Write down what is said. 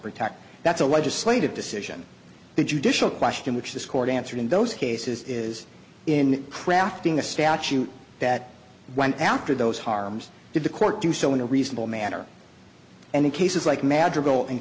protect that's a legislative decision the judicial question which this court answered in those cases is in crafting a statute that went after those harms did the court do so in a reasonable manner and in cases like